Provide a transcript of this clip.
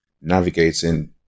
navigating